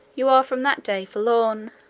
you are from that day forlorn.